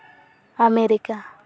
America